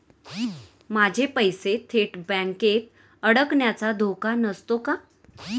माझे पैसे थेट बँकेत अडकण्याचा धोका नसतो का?